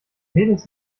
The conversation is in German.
mädels